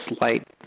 light